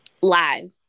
live